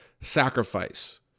sacrifice